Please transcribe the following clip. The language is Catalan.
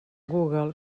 google